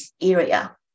area